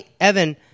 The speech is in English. Evan